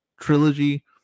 trilogy